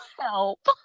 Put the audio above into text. Help